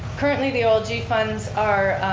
currently, the olg funds are